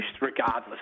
regardless